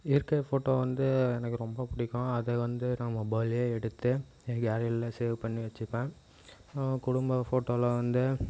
இயற்கை ஃபோட்டோ வந்து எனக்கு ரொம்ப பிடிக்கும் அதை வந்து நான் மொபைல்லயே எடுத்து என் கேலரியில் சேவ் பண்ணி வச்சுப்பேன் குடும்ப ஃபோட்டோல்ல வந்து